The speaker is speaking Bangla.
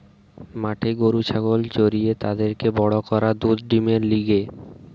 মাঠে গরু ছাগল চরিয়ে তাদেরকে বড় করা দুধ ডিমের লিগে